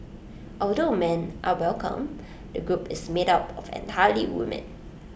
although men are welcome the group is made up of entirely women